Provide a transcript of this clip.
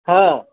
ହଁ